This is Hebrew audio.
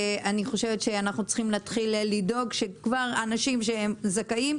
אני חושבת שאנחנו צריכים להתחיל לדאוג שכבר אנשים שהם זכאים,